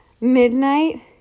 midnight